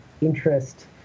interest